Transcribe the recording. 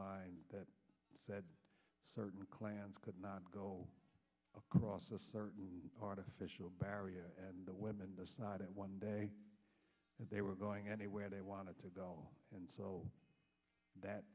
e that said certain clans could not go across a certain part of official barrier and the women decided one day they were going anywhere they wanted to go and so that